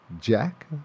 Jack